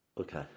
Okay